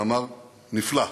מאמר נפלא.